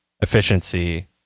efficiency